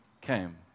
came